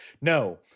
No